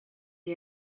you